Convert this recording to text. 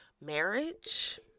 marriage